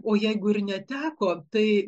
o jeigu ir neteko tai